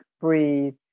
breathe